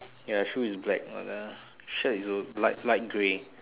ya shoe is black but the shirt is al light light grey